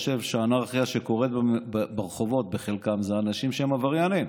חושב שאנרכיה שקורית ברחובות בחלקה זה אנשים שהם עבריינים.